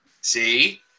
see